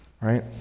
Right